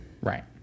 Right